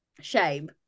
shame